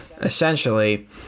essentially